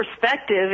perspective